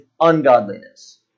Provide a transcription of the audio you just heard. ungodliness